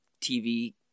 TV